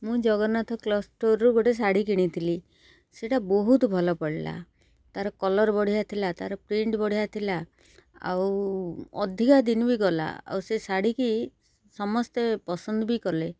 ମୁଁ ଜଗନ୍ନାଥ କ୍ଲଥ୍ ଷ୍ଟୋର୍ରୁ ଗୋଟେ ଶାଢ଼ୀ କିଣିଥିଲି ସେଟା ବହୁତ ଭଲ ପଡ଼ିଲା ତା'ର କଲର୍ ବଢ଼ିଆ ଥିଲା ତା'ର ପ୍ରିଣ୍ଟ ବଢ଼ିଆ ଥିଲା ଆଉ ଅଧିକା ଦିନ ବି ଗଲା ଆଉ ସେ ଶାଢ଼ୀକି ସମସ୍ତେ ପସନ୍ଦ ବି କଲେ